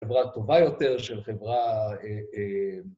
חברה טובה יותר של חברה...